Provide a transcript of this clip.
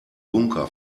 bunker